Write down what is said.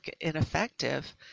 ineffective